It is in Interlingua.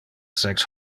sex